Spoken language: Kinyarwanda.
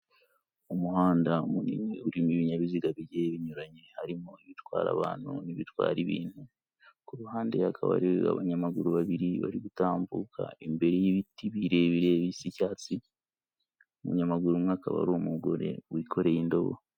Umuhanda munini urimo ibinyabiziga bigenda binyuranye, harimo ibitwara abantu n'ibirwa ibintu, ku ruhande hakaba ari abanyamaguru babiri bari gutambuka imbere y'ibiti birebire bisa icyatsi, umunyamaguru umwe akaba ari umugore wikoreye indobo.